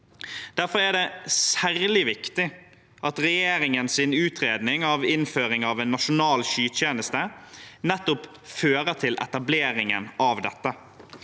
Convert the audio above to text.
Derfor er det særlig viktig at regjeringens utredning av innføring av en nasjonal skytjeneste nettopp fører til etableringen av dette.